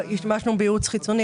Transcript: השתמשנו בייעוץ חיצוני.